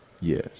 Yes